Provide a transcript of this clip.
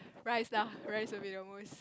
rice lah rice will be the most